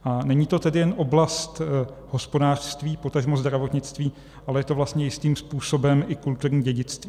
A není to tedy jen oblast hospodářství, potažmo zdravotnictví, ale je to vlastně jistým způsobem i kulturní dědictví.